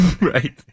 Right